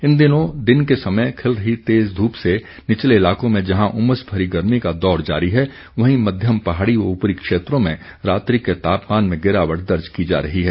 इन दिनों दिन के समय खिल रही तेज़ धूप से निचले इलाकों में जहां उमस भरी गर्मी का दौर जारी है वहीं मध्यम पहाड़ी व ऊपरी क्षेत्रों में रात्रि के तापमान में गिरावट दर्ज की जा रही है